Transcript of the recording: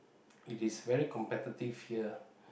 it is very competitive here